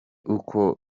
uko